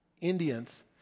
Indians